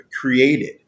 created